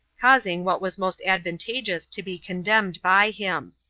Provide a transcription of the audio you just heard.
causing what was most advantageous to be condemned by him.